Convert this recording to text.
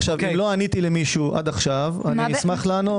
אם לא עניתי למישהו עד כה, אשמח לענות.